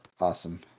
awesome